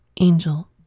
Angel